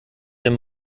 dem